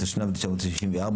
התשנ"ד 1994,